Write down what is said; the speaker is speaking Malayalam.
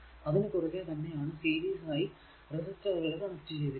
അതിനു കുറുകെ തന്നെ ആണ് സീരീസ് ആയി റെസിസ്റ്ററുകൾ കണക്ട് ചെയ്തിരിക്കുന്നത്